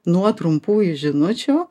nuo trumpųjų žinučių